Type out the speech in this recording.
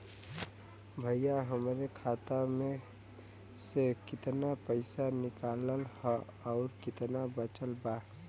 भईया हमरे खाता मे से कितना पइसा निकालल ह अउर कितना बचल बा?